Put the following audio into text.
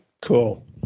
Cool